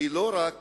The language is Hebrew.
לא רק